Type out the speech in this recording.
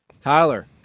Tyler